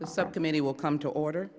the subcommittee will come to order